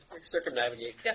Circumnavigate